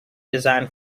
design